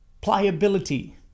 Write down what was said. pliability